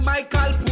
Michael